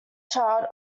child